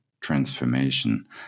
transformation